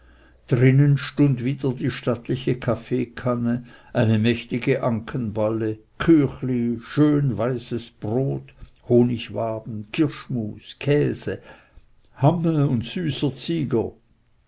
drinnen stund wieder die stattliche kaffeekanne eine mächtige ankenballe küchli schön weißes brot honigwaben kirschmus käse hamme und süßer zieger